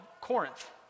Corinth